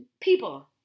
People